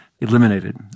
eliminated